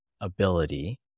ability